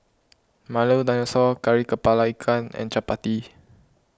Milo Dinosaur Kari Kepala Ikan and Chappati